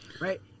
Right